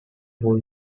full